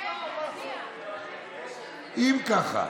אם כך,